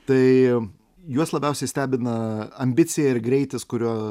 tai juos labiausiai stebina ambicija ir greitis kurio